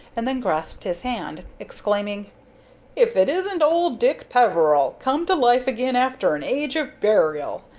and then grasped his hand, exclaiming if it isn't old dick peveril come to life again after an age of burial!